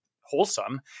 wholesome